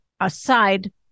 aside